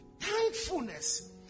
thankfulness